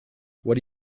what